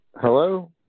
Hello